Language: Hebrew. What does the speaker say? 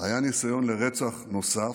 היה ניסיון לרצח נוסף,